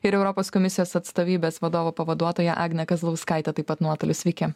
ir europos komisijos atstovybės vadovo pavaduotoja agnė kazlauskaitė taip pat nuotoliu sveiki